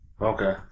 Okay